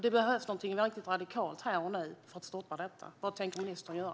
Det behövs någonting verkligt radikalt här och nu för att stoppa detta. Vad tänker ministern göra?